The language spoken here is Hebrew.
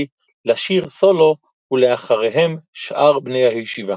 לשיר סולו ולאחריהם שאר בני הישיבה.